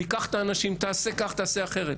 תיקח את האנשים, תעשה כך, תעשה אחרת.